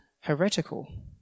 heretical